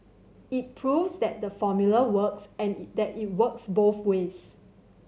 it proves that the formula works and that it works both ways